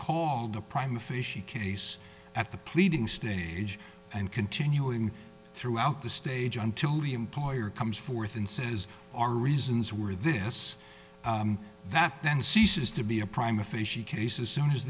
called the prime official case at the pleading stage and continuing throughout the stage until the employer comes forth and says our reasons were this that then ceases to be a prime officially cases soon as